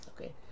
Okay